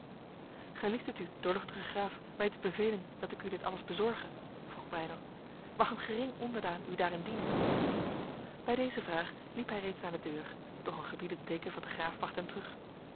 gelieft het u doorluchtige graaf mij te bevelen dat ik u dit alles bezorge vroeg breydel mag een gering onderdaan u daarin dienen bij deze vraag liep hij reeds naar de deur doch een gebiedend teken van de graaf bracht hem terug